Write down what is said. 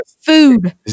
Food